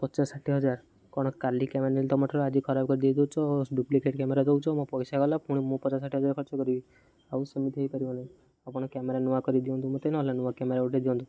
ପଚାଶ ଷାଠିଏ ହଜାର କ'ଣ କାଲି କ୍ୟାମେରା ନେଲି ତମଠାରୁ ଆଜି ଖରାପ କରିଦେଇଦଉଛ ଡୁପ୍ଲିକଟ୍ କ୍ୟାମେରା ଦଉଛ ମୋ ପଇସା ଗଲା ଫୁଣି ମୁଁ ପଚାଶ ଷାଠିଏ ହଜାର ଖର୍ଚ୍ଚ କରିବି ଆଉ ସେମିତି ହେପାରିବନି ଆପଣ କ୍ୟାମେରା ନୂଆ କରିିଦିଅନ୍ତୁ ମୋତେ ନହେଲେ ନୂଆ କ୍ୟାମେରା ଗୋଟେ ଦିଅନ୍ତୁ